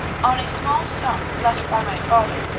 on a small sum left by my father.